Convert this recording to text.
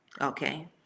okay